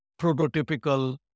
prototypical